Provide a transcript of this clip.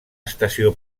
estació